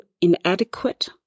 inadequate